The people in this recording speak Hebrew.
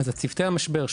אז צוותי המשבר,